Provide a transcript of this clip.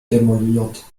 demoliert